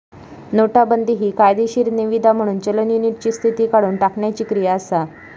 नोटाबंदी हि कायदेशीर निवीदा म्हणून चलन युनिटची स्थिती काढुन टाकण्याची क्रिया असा